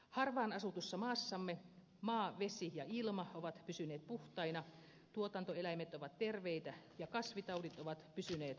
harvaan asutussa maassamme maa vesi ja ilma ovat pysyneet puhtaina tuotantoeläimet ovat terveitä ja kasvitaudit ovat pysyneet kurissa